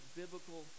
biblical